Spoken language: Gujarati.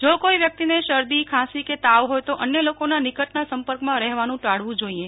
જો કોઈ વ્યક્તિને શરદી ખાંસી કે તાવ હોય તો અન્ય લોકોના નિકટના સંપર્કમાં રહેવાનું ટાળવું જોઈએ